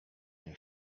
nie